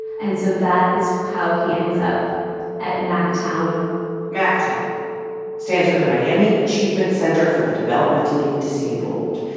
and so that is how he ends up at mactown mactown stands for the miami achievement center for the developmentally disabled.